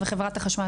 בגלל שהבטחת הכנסה.